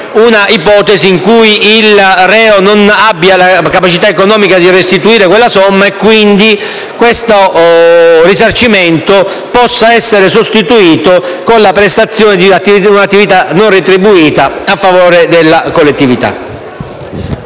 un'ipotesi in cui il reo non abbia la capacità economica di restituire quella somma e che, quindi, il risarcimento possa essere sostituito con la prestazione di un'attività non retribuita a favore della collettività.